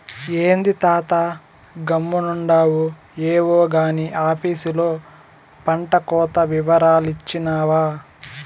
ఏంది తాతా గమ్మునుండావు ఏవో గారి ఆపీసులో పంటకోత ఇవరాలు ఇచ్చినావా